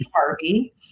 Harvey